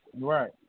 Right